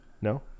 No